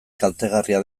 kaltegarria